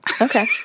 Okay